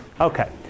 Okay